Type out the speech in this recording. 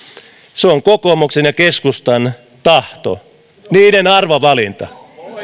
se on kokoomuksen ja keskustan tahto niiden arvovalinta